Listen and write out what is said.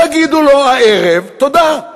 תגידו לו הערב תודה,